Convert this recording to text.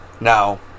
Now